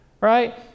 right